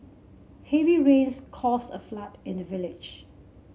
heavy rains caused a flood in the village